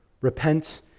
repent